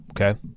Okay